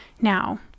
Now